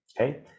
okay